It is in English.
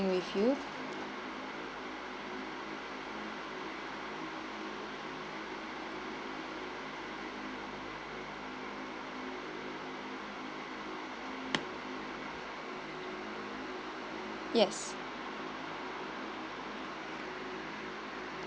with you yes